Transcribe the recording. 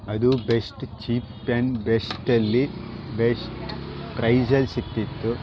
ಅದು best cheap and ಬೆಸ್ಟಲ್ಲಿ best ಪ್ರೈಜಲ್ಲಿ ಸಿಕ್ತಿತ್ತು